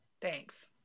Thanks